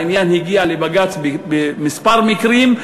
העניין הגיע לבג"ץ בכמה מקרים.